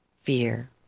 fear